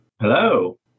Hello